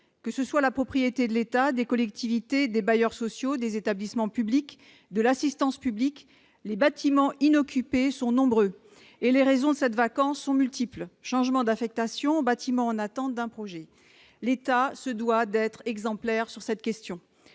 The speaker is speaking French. Qu'ils soient la propriété de l'État, des collectivités, des bailleurs sociaux, des établissements publics ou de l'Assistance publique, les bâtiments inoccupés sont nombreux et les raisons de cette vacance, multiples : changement d'affectation, bâtiments en attente d'un projet ... L'État doit être exemplaire sur cette question.